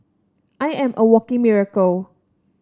I am a walking miracle